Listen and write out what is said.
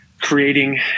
creating